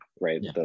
right